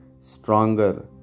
stronger